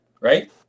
right